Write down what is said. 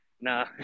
Nah